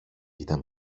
ήταν